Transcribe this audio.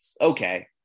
Okay